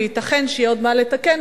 וייתכן שיהיה עוד מה לתקן,